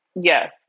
Yes